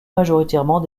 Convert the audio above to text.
majoritairement